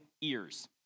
ears